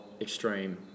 extreme